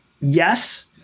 yes